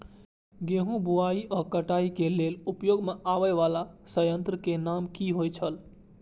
गेहूं बुआई आ काटय केय लेल उपयोग में आबेय वाला संयंत्र के नाम की होय छल?